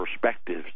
perspectives